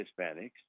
Hispanics